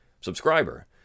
subscriber